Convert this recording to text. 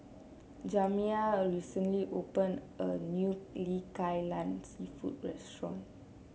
Jamiya recently opened a new Kai Lan seafood restaurant